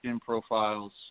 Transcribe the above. profiles